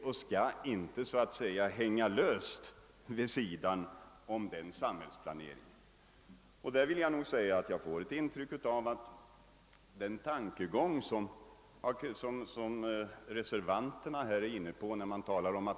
De skall inte så att säga hänga löst vid sidan om den övriga samhällsplaneringen. Reservanterna föreslår att man skall utreda nya former för regional planering.